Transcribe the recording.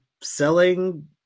selling